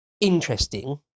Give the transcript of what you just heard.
interesting